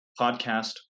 podcast